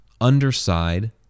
underside